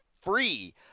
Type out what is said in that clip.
free